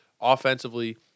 Offensively